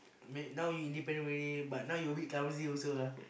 made now you independent already but now you a bit clumsy also ah